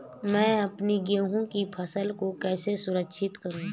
मैं अपनी गेहूँ की फसल को कैसे सुरक्षित करूँ?